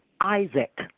Isaac